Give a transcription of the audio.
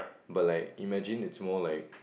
but like imagine it's more like